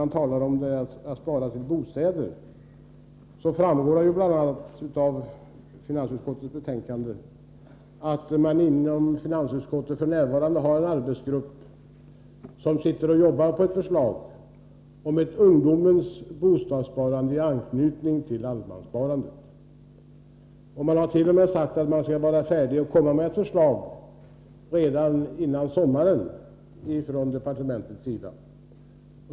Jag vill gärna säga till honom att det framgår bl.a. av finansutskottets betänkande att en arbetsgrupp inom finansdepartementet f.n. arbetar med ett förslag om ett ungdomens bostadssparande i anknytning till allemanssparandet. Departementet har t.o.m. sagt att ett förslag väntas kunna läggas fram redan före sommaren.